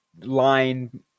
line